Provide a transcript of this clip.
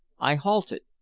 i halted.